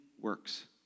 works